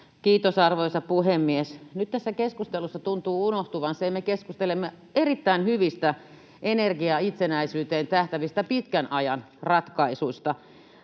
Kiitos, arvoisa puhemies! Nyt tässä keskustelussa tuntuu unohtuvan se, että me keskustelemme erittäin hyvistä energiaitsenäisyyteen tähtäävistä pitkän ajan ratkaisuista.